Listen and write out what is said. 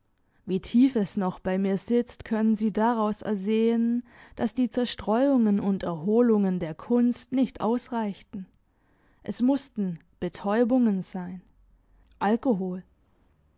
wie tief es noch bei mir sitzt können sie daraus ersehen dass die zerstreuungen und erholungen der kunst nicht ausreichten es mussten betäubungen sein alkohol